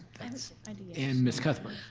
and and miss cuthbert.